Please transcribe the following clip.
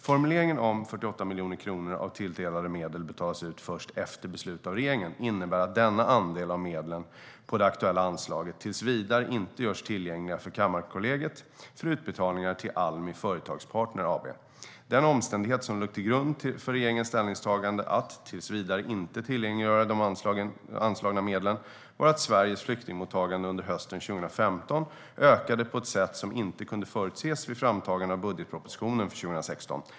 Formuleringen om att 48 miljoner kronor av tilldelade medel betalas ut först efter beslut av regeringen innebär att denna andel av medlen på det aktuella anslaget tills vidare inte görs tillgängliga för Kammarkollegiet för utbetalningar till Almi Företagspartner AB. Den omständighet som låg till grund för regeringens ställningstagande att tills vidare inte tillgängliggöra de anslagna medlen var att Sveriges flyktingmottagande under hösten 2015 ökade på ett sätt som inte kunde förutses vid framtagandet av budgetpropositionen för 2016.